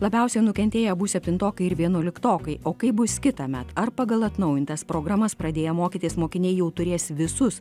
labiausiai nukentėję bus septintokai ir vienuoliktokai o kaip bus kitąmet ar pagal atnaujintas programas pradėję mokytis mokiniai jau turės visus